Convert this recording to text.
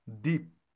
deep